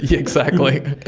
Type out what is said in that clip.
yeah exactly,